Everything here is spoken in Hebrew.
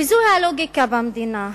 וזו הלוגיקה במדינה.